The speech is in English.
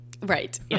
Right